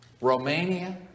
Romania